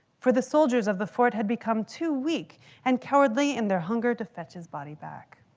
for the soldiers of the fort had become too weak and cowardly in their hunger to fetch his body back.